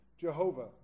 Jehovah